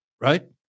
right